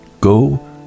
Go